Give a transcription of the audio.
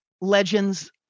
legends